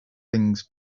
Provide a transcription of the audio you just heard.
things